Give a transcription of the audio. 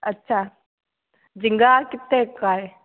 अच्छा झींगा कितने का है